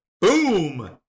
Boom